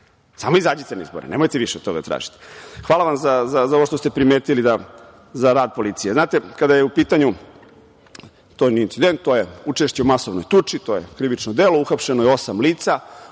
Samo izađite na izbore, nemojte više to da tražite. Hvala vam za ovo što ste primetili za rad policije. Znate, kada je u pitanju, to nije incident, to je učešće u masovnoj tuči, to je krivično delo, uhapšeno je osam lica,